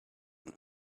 and